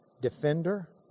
defender